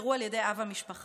שנדקרו על ידי אב המשפחה.